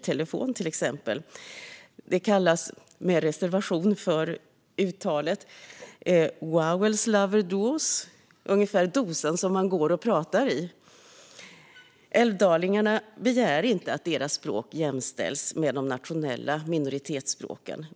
Till exempel mobiltelefon kallas wavelslaverduos - ungefär dosan som man går och pratar i. Älvdalingarna begär inte att deras språk jämställs med de nationella minoritetsspråken.